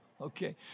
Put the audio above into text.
Okay